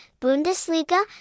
Bundesliga